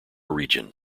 region